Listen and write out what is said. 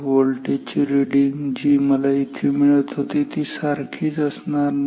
voltage ची reading जी मला इथे मिळत होती ती सारखीच असणार नाही